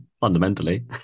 fundamentally